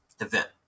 event